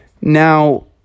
Now